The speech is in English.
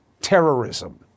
Terrorism